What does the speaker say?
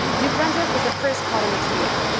new brunswick was the first colony to react,